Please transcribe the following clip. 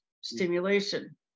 stimulation